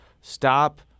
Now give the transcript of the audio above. stop